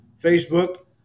Facebook